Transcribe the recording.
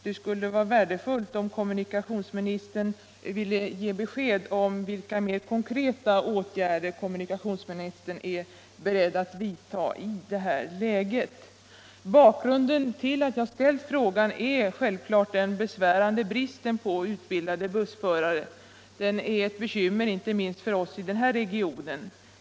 Det skulle vara värdefullt om kommunikationsministern ville ge besked om vilka mer konkreta åtgärder kommunikationsministern är beredd att — Nr 132 vidta i detta Jäge. Torsdagen den Bakgrunden till att jag ställt frågan till kommunikationsministern är 20 maj 1976 den i dag besvärande bristen på utbildade bussförare. Den är ett bes kymmer inte minst för oss i Stockholmsregionen.